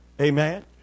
Amen